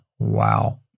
wow